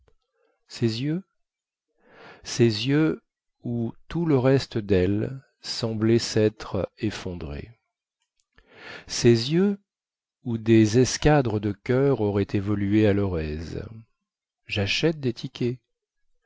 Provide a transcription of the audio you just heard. ses yeux ses yeux où tout le reste delle semblait sêtre effondré ses yeux où des escadres de coeurs auraient évolué à leur aise jachète des tickets